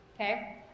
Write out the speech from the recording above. Okay